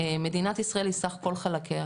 שמדינת ישראל היא סך כל חלקיה,